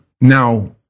Now